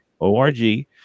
O-R-G